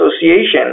association